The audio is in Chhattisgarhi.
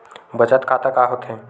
बचत खाता का होथे?